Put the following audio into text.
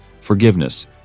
forgiveness